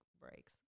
breaks